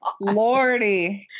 Lordy